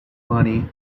money